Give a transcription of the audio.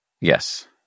Yes